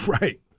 Right